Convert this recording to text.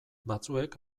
batzuek